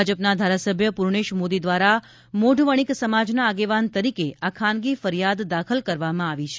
ભાજપના ધારાસભ્ય પુર્ણેશ મોદી દ્વારા મોઢવણીક સમાજના આગેવાન તરીકે આ ખાનગી ફરિયાદ દાખલ કરવામાં આવી છે